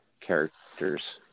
characters